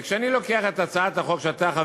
וכשאני לוקח את הצעת החוק שאתה,